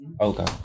Okay